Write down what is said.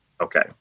okay